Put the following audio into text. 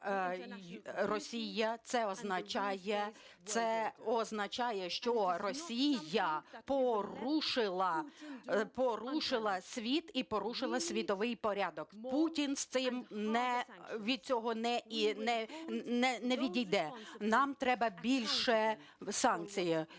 це означає, що Росія порушила світ і порушила світовий порядок. Путін від цього не відійде. Нам треба більше санкцій